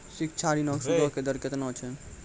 शिक्षा ऋणो के सूदो के दर केतना छै?